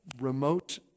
remote